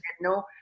No